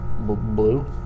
Blue